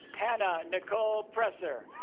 hannah nicole presser